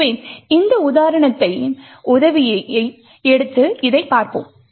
எனவே இந்த உதாரணத்தின் உதவியை எடுத்து இதைப் பார்ப்போம்